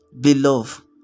beloved